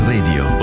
Radio